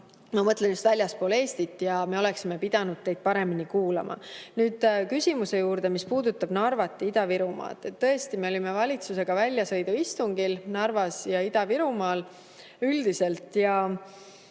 inimesi just väljaspool Eestit – ja nad oleksid pidanud meid paremini kuulama. Nüüd küsimuse juurde, mis puudutab Narvat ja Ida-Virumaad. Tõesti, me olime valitsusega väljasõiduistungil Narvas ja Ida-Virumaal.